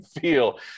feel